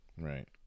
Right